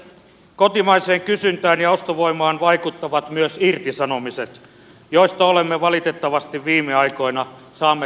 kotimaiseen kysyntään ja ostovoimaan vaikuttavat myös irtisanomiset joista olemme valitettavasti viime aikoina saaneet kuulla päivittäin